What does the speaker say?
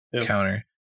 counter